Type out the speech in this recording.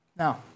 Now